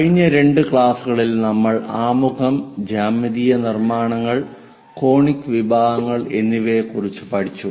കഴിഞ്ഞ രണ്ട് ക്ലാസുകളിൽ നമ്മൾ ആമുഖം ജ്യാമിതീയ നിർമ്മാണങ്ങൾ കോണിക് വിഭാഗങ്ങൾ എന്നിവയെ കുറിച്ച് പഠിച്ചു